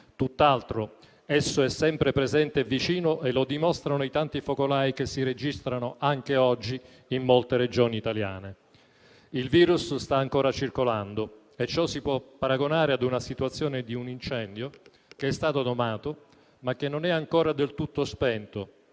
tutt'altro; esso è sempre presente e vicino e lo dimostrano i tanti focolai che si registrano anche oggi in molte Regioni italiane. Il virus sta ancora circolando e ciò si può paragonare alla situazione di un incendio che è stato domato, ma che non è ancora del tutto spento